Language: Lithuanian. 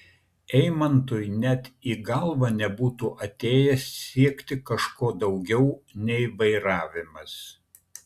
eimantui net į galvą nebūtų atėję siekti kažko daugiau nei vairavimas